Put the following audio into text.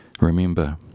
remember